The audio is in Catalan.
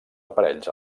aparells